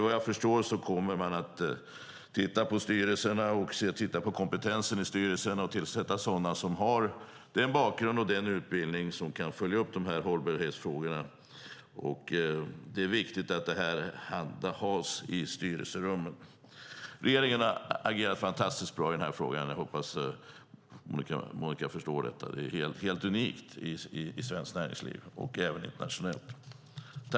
Vad jag förstår kommer man att titta på kompetensen i styrelserna och tillsätta sådana som har den bakgrund och utbildning som gör att de kan följa upp hållbarhetsfrågorna. Det är viktigt att detta handhas i styrelserummen. Regeringen har agerat fantastiskt bra i frågan. Jag hoppas att Monica förstår detta. Det är helt unikt i svenskt näringsliv och även internationellt.